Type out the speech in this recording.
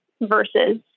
versus